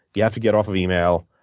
you have to get off of email,